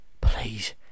please